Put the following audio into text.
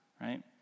right